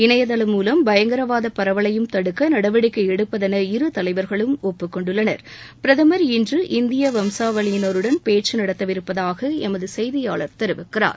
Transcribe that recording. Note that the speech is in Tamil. இணையதளம் மூலம் பயங்கரவாத பரவலையும் தடுக்க நடவடிக்கை எடுப்பதென இரு தலைவர்களும் ஒப்புக்கொண்டுள்ளனர் பிரதமர் இன்று இந்திய வம்சாவழியினருடன் பேச்சு நடத்தவிருப்பதாக எமது சுசெய்தியாளர் தெரிவிக்கிறார்